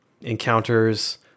encounters